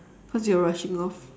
cause we're rushing off